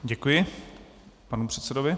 Děkuji panu předsedovi.